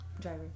Driver